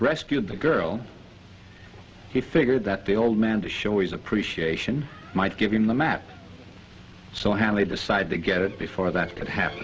rescued the girl he figured that the old man to show his appreciation might give him the map so hand they decide to get it before that could happen